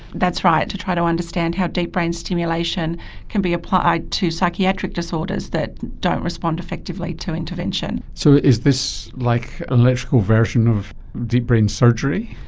that's right, to try to understand how deep brain stimulation can be applied to psychiatric disorders that don't respond effectively to intervention. so is this like an electrical version of deep brain surgery,